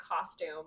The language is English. costume